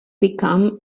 become